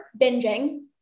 binging